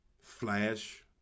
Flash